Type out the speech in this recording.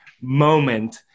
moment